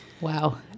Wow